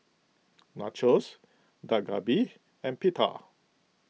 Nachos Dak Galbi and Pita